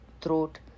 Throat